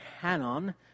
canon